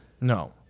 No